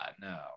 No